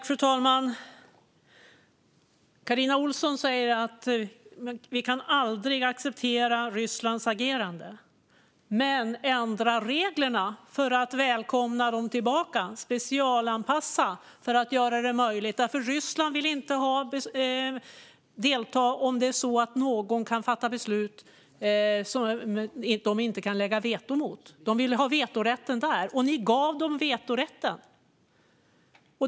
Fru talman! Carina Ohlsson säger att vi aldrig kan acceptera Rysslands agerande. Men vi kan ändra reglerna för att välkomna dem tillbaka och specialanpassa för att göra det möjligt. Ryssland vill inte delta om någon kan fatta beslut som de inte kan lägga in veto mot. De vill ha vetorätt, och ni gav dem det.